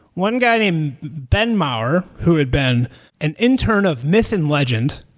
one guy named ben mauer who had been an intern of myth and legend,